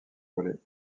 volé